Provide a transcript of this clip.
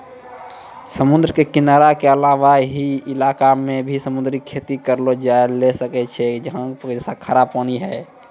समुद्र के किनारा के अलावा हौ इलाक मॅ भी समुद्री खेती करलो जाय ल सकै छै जहाँ खारा पानी छै